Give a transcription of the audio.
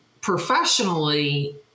professionally